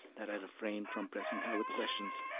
that i refrained from pressing her with questions,